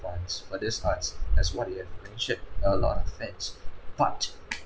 wants for this as what you have mentioned a lot of fans but